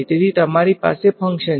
હા તમારી પાસે ત્રણ પોઈન્ટ છે